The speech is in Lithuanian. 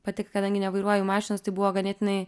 pati kadangi nevairuoju mašinos tai buvo ganėtinai